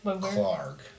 Clark